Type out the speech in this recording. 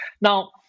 Now